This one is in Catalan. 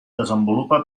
desenvolupa